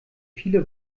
viele